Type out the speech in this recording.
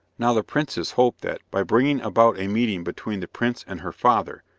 now the princess hoped that, by bringing about a meeting between the prince and her father,